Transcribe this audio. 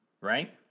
right